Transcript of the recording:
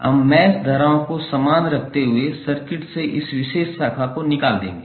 हम मैश धाराओं को समान रखते हुए सर्किट से इस विशेष शाखा को निकाल देंगे